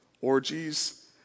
orgies